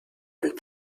and